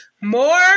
more